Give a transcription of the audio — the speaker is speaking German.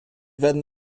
werden